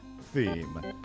theme